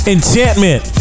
Enchantment